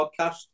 podcast